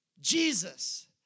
Jesus